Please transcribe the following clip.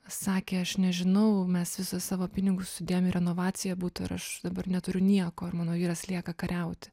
sakė aš nežinau mes visus savo pinigus sudėjom į renovaciją būto ir aš dabar neturiu nieko ir mano vyras lieka kariauti